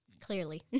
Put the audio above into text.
clearly